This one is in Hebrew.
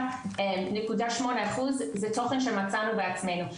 99.8 אחוז זה תוכן שמצאנו בעצמנו,